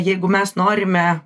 jeigu mes norime